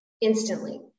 instantly